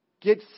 Get